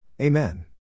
Amen